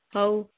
ହଉ